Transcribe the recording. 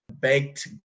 baked